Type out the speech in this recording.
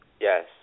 Yes